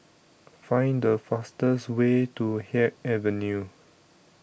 Find The fastest Way to Haig Avenue